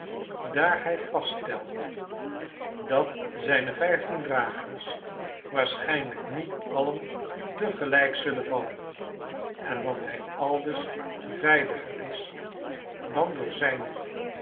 daar hij vaststelt dat zijne vijftien dragers waarschijnlijk niet alien tegelijk zullen vallen en dat hij aldus veiliger is dan door zijne